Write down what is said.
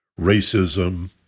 racism